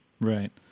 Right